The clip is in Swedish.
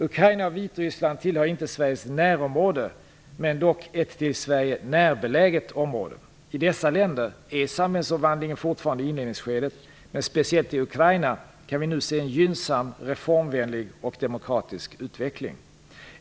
Ukraina och Vitryssland tillhör inte Sveriges närområde men dock ett till Sverige närbeläget område. I dessa länder är samhällsomvandlingen fortfarande i inledningsskedet, men speciellt i Ukraina kan vi nu se en gynnsam reformvänlig och demokratisk utveckling.